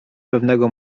pewnego